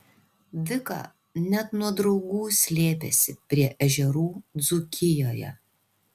vika net nuo draugų slėpėsi prie ežerų dzūkijoje